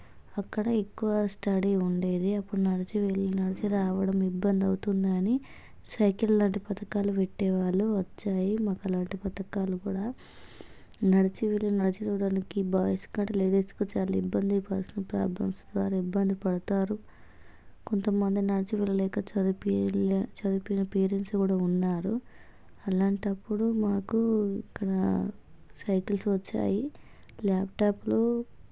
అక్కడ ఎక్కువ స్టడీ ఉండేది అప్పుడు నడిచివెళ్ళి నడిచి రావడం ఇబ్బందవుతుందని సైకిల్ లాంటి పథకాలు పెట్టేవాళ్ళు వచ్చాయి మాకు అలాంటి పథకాలు కూడా నడిచివెళ్ళి నడిచి చూడానికి బాయ్స్ కాడ లేడీస్కి చాలా ఇబ్బంది పర్సనల్ ప్రాబ్లమ్స్ వాళ్ళు ఇబ్బంది పడతారు కొంతమంది నడిచి వెళ్ళలేక చదివిపి చదివిపిన పేరెంట్స్ కూడా ఉన్నారు అలాంటప్పుడు మాకు ఇక్కడ సైకిల్స్ వచ్చాయి ల్యాప్టాప్లు